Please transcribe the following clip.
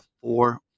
four